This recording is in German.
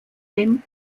den